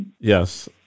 Yes